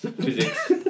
Physics